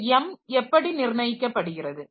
இந்த m எப்படி நிர்ணயிக்கப்படுகிறது